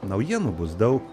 naujienų bus daug